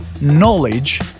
knowledge